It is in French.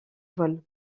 vol